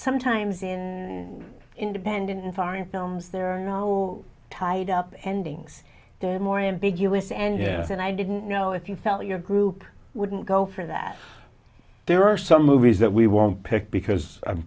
sometimes in independent foreign films there are no tied up endings they're more ambiguous and yeah and i didn't know if you sell your group wouldn't go for that there are some movies that we won't pick